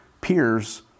peers